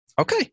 okay